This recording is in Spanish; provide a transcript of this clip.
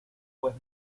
pues